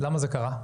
למה זה קרה?